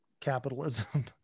capitalism